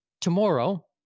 tomorrow